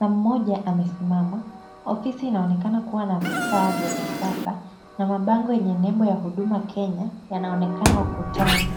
na mmoja amesimama. Ofisi inaonekana kuwa na vifaa vya kisasa na mabango yenye nembo ya Huduma Kenya yanaonekana ukutani.